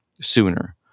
sooner